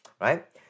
right